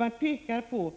Man pekar på